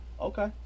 okay